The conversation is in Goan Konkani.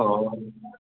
हय